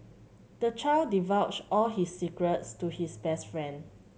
the child divulged all his secrets to his best friend